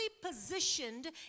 positioned